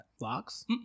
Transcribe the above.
Locks